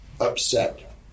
upset